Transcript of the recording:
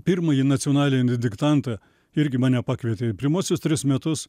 pirmąjį nacionalinį diktantą irgi mane pakvietė pirmuosius tris metus